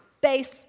base